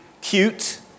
cute